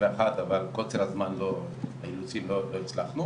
אבל מקוצר הזמן והאילוצים לא הצלחנו,